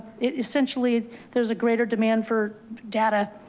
essentially there's a greater demand for data.